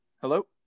Hello